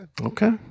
Okay